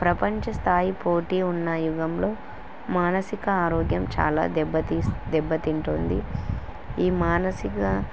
ప్రపంచ స్థాయి పోటీ ఉన్న యుగంలో మానసిక ఆరోగ్యం చాలా దెబ్బత దెబ్బతింటుంది ఈ మానసిక